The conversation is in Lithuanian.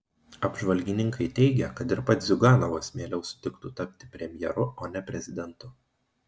apžvalgininkai teigia kad ir pats ziuganovas mieliau sutiktų tapti premjeru o ne prezidentu